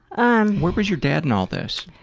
um where was your dad in all this?